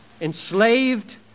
enslaved